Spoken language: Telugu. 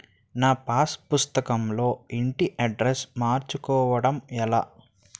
నా పాస్ పుస్తకం లో ఇంటి అడ్రెస్స్ మార్చుకోవటం ఎలా?